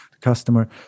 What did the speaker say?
customer